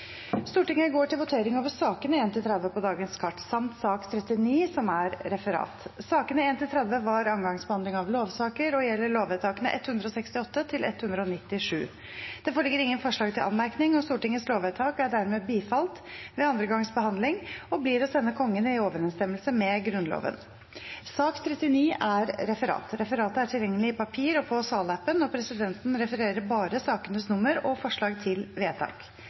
Stortinget går da til votering over sakene nr. 1–30 på dagens kart samt sak nr. 39, Referat. Sakene nr. 1–30 er andre gangs behandling av lovsaker og gjelder lovvedtakene 168 til og med 197. Det foreligger ingen forslag til anmerkning. Stortingets lovvedtak er dermed bifalt ved andre gangs behandling og blir å sende Kongen i overenstemmelse med Grunnloven. Stortinget går da til behandling av dagens kart. Sakene nr. 31–38 vil bli behandlet under ett. Etter ønske fra transport- og kommunikasjonskomiteen vil presidenten